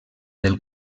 del